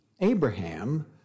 Abraham